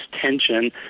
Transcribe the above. tension